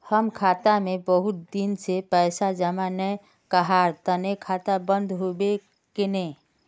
हम खाता में बहुत दिन से पैसा जमा नय कहार तने खाता बंद होबे केने?